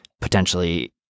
potentially